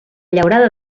llaurada